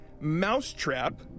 Mousetrap